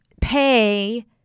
pay